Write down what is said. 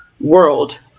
world